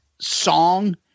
song